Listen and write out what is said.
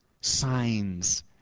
signs